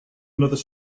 another